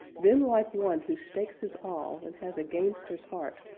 then, like one who stakes his all, and has a gamester's heart,